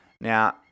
Now